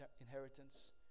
inheritance